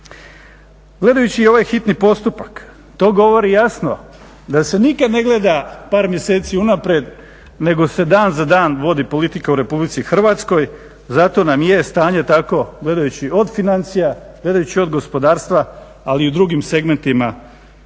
Gledajući ovaj hitni postupak, to govori jasno da se nikad ne gleda par mjeseci unaprijed nego se dan za dan vodi politika u Republici Hrvatskoj. Zato nam je stanje takvo, gledajući od financija, gledajući od gospodarstva, ali i u drugim segmentima u